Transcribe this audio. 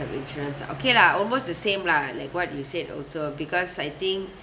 of insurance ah okay lah almost the same lah like what you said also because I think